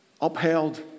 upheld